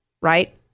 right